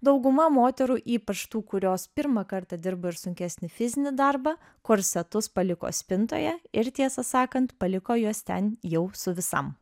dauguma moterų ypač tų kurios pirmą kartą dirbo ir sunkesnį fizinį darbą korsetus paliko spintoje ir tiesą sakant paliko juos ten jau su visam